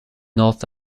north